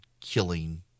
killing